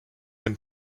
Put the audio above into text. and